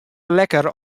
lekker